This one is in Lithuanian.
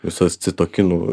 visas citokinų